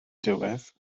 diwedd